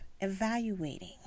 evaluating